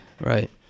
Right